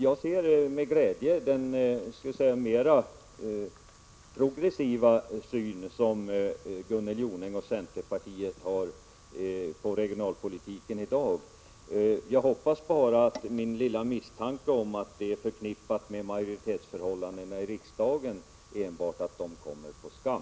Jag ser med glädje den mer progressiva syn som Gunnel Jonäng och centerpartiet har på regionalpolitiken i dag. Jag hoppas bara att min lilla misstanke att detta är förknippat med majoritetsförhållandena i riksdagen kommer på skam.